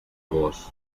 gos